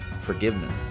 Forgiveness